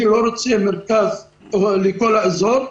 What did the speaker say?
אני לא רוצה מרכז לכל האזור,